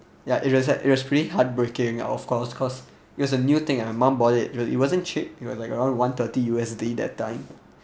ya it was it was pretty heartbreaking of course cause it was a new thing my mum bought it it wasn't cheap it was like around one thirty U_S_D that time